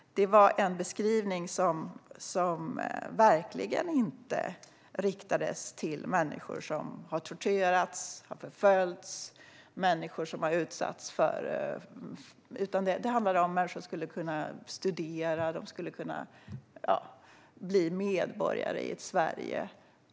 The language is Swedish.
Det var en beskrivning som verkligen inte riktade sig till människor som har torterats eller förföljts, utan det handlade om att människor skulle kunna studera och bli medborgare i Sverige.